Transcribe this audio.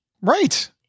Right